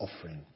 offering